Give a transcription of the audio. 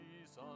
Jesus